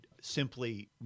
simply